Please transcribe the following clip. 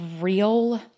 real